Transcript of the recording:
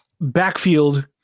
Backfield